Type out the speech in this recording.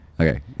Okay